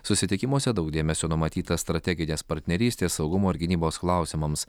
susitikimuose daug dėmesio numatyta strateginės partnerystės saugumo ir gynybos klausimams